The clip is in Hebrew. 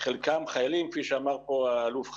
חלקם חיילים כפי שאמר פה האלוף חליוה.